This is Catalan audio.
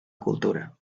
cultura